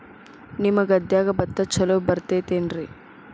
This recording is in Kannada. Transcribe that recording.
ನಿಮ್ಮ ಗದ್ಯಾಗ ಭತ್ತ ಛಲೋ ಬರ್ತೇತೇನ್ರಿ?